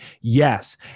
Yes